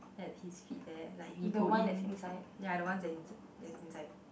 at his feet there like he go in ya the one that's in~ that's inside